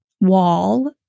wall